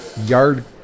yard